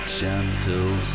gentle